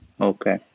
okay